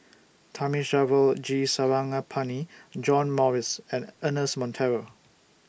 Thamizhavel G Sarangapani John Morrice and Ernest Monteiro